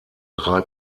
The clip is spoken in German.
drei